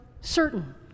certain